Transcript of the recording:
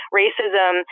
racism